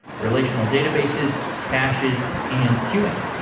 relational databases, caches and queuing